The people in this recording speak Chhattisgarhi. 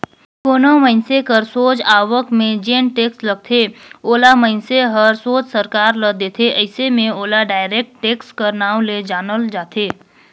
कोनो मइनसे कर सोझ आवक में जेन टेक्स लगथे ओला मइनसे हर सोझ सरकार ल देथे अइसे में ओला डायरेक्ट टेक्स कर नांव ले जानल जाथे